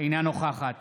אינה נוכחת